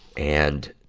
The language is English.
and,